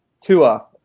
Tua